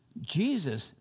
Jesus